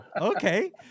okay